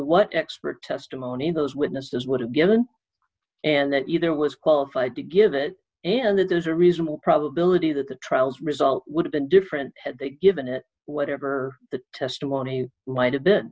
what expert testimony those witnesses would have given and that neither was qualified to give it in the desert a reasonable probability that the trials result would have been different had they given it whatever the testimony might have been